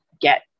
get